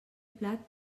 plat